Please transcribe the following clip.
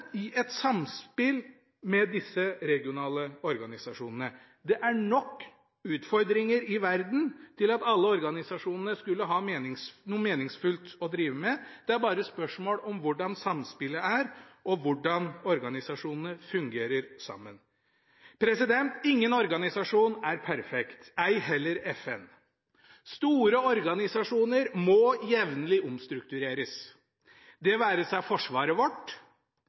i et samspill med disse regionale organisasjonene. Det er nok utfordringer i verden til at alle organisasjonene skulle ha noe meningsfullt å drive med, det er bare et spørsmål om hvordan samspillet er, og hvordan organisasjonene fungerer sammen. Ingen organisasjon er perfekt, ei heller FN. Store organisasjoner må jevnlig omstruktureres – det være seg forsvaret vårt,